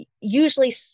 usually